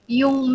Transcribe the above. yung